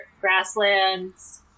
grasslands